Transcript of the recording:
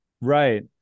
right